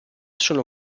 sono